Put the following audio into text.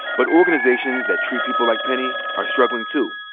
but organizations that treat people like penny are struggling too.